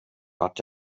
vart